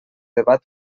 debat